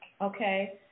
okay